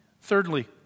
Thirdly